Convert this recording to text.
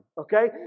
okay